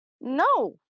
No